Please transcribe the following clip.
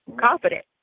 confident